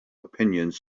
opinions